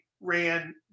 ran